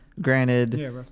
Granted